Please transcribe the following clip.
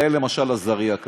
תראו, למשל, עזרייה,